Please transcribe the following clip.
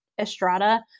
Estrada